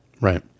Right